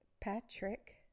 Patrick